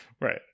Right